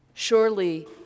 Surely